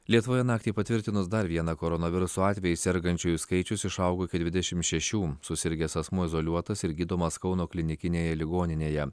lietuvoje naktį patvirtinus dar vieną koronaviruso atvejį sergančiųjų skaičius išaugo iki dvidešim šešių susirgęs asmuo izoliuotas ir gydomas kauno klinikinėje ligoninėje